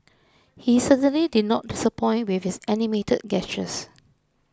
he certainly did not disappoint with his animated gestures